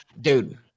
Dude